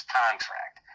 contract